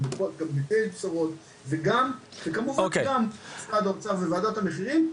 גם בזה יש בשורות וכמובן גם במשרד האוצר ובוועדת המחירים.